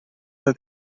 del